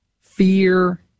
Fear